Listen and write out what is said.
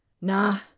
Nah